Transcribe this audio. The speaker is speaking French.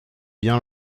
bien